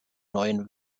neuen